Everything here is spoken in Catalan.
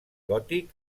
gòtic